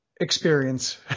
experience